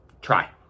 Try